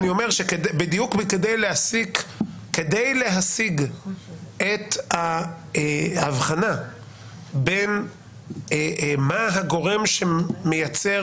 אני אומר שבדיוק כדי להשיג את ההבחנה בין מה הגורם שמייצר